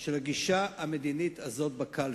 של הגישה המדינית הזאת בקלפי.